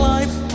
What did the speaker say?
Life